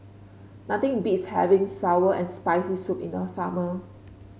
nothing beats having sour and Spicy Soup in the summer